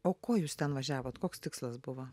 o ko jūs ten važiavot koks tikslas buvo